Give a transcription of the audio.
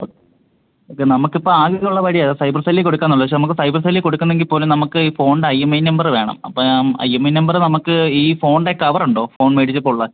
ഒക്കെ നമുക്ക് ഇപ്പോൾ ആകെയുള്ള വഴി അത് സൈബർ സെല്ലിൽ കൊടുക്കുക എന്നുള്ളതാ പക്ഷെ നമുക്ക് സൈബർ സെല്ലിൽ കൊടുക്കുന്നെങ്കിൽപോലും നമുക്ക് ഈ ഫോണിൻ്റെ I M E I number വേണം അപ്പം I M E I number നമുക്ക് ഈ ഫോൺൻ്റെ കവറുണ്ടോ ഫോൺ മേടിച്ചപ്പോൾ ഉള്ള